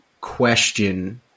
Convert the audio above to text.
question –